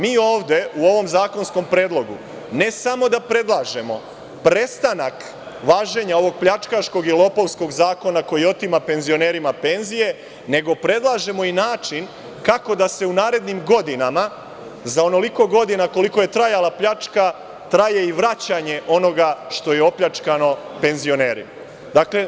Mi ovde, u ovom zakonskom predlogu, ne samo da predlažemo prestanak važenja ovog pljačkaškog i lopovskog zakona koji otima penzionerima penzije, nego predlažemo i način kako da se u narednim godinama, za onoliko godina koliko je trajala pljačka traje i vraćanje onoga što je opljačkano penzionerima.